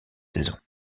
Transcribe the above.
saison